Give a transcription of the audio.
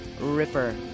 Ripper